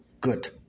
good